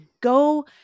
Go